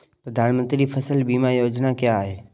प्रधानमंत्री फसल बीमा योजना क्या है?